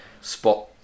spot